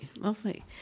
lovely